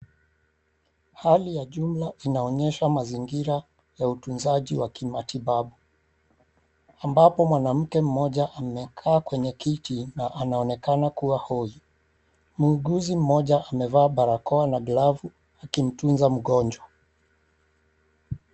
Hali ya jumla inaonyesha mazingira ya utunzaji wa kimatibabu, ambapo mwanamke mmoja amekaa kwenye kiti na anaonekana kuwa hoi. Muuguzi mmoja amevaa barakoa na glavu akimtunza mgonjwa.